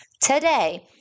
today